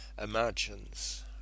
imagines